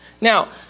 Now